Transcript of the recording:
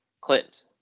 Clint